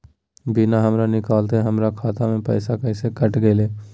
बिना हमरा निकालले, हमर खाता से पैसा कैसे कट गेलई?